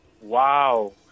Wow